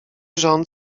rząd